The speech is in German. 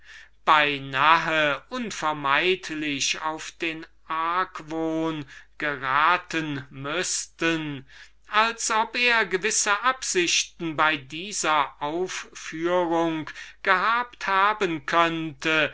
fast notwendig auf den argwohn geraten müßten als ob er gewisse absichten bei dieser aufführung gehabt haben könnte